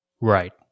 right